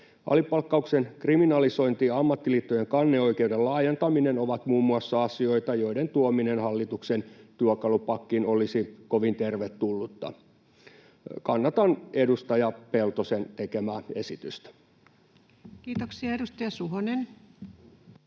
Alipalkkauksen kriminalisointi ja ammattiliittojen kanneoikeuden laajentaminen ovat muun muassa asioita, joiden tuominen hallituksen työkalupakkiin olisi kovin tervetullutta. Kannatan edustaja Peltosen tekemää esitystä. Kiitoksia. — Edustaja Suhonen.